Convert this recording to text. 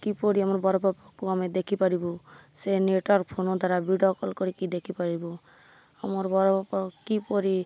କିପରି ଆମର୍ ବଡ଼ବାପାକୁ ଆମେ ଦେଖିପାରିବୁ ସେ ନେଟ୍ୱାର୍କ୍ ଫୋନ୍ ଦ୍ୱାରା ଭିଡ଼ିଓ କଲ୍ କରିକି ଦେଖିପାରିବୁ ଆମର୍ ବଡ଼ବାପା କିପରି